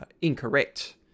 incorrect